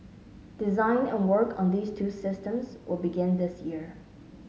design and work on these two systems will begin this year